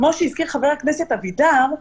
כפי שהזכיר חבר הכנסת אבידר,